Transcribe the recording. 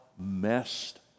messed